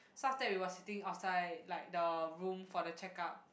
so after that we were sitting outside like the room for the checkup